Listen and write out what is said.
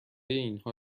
اینها